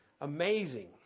Amazing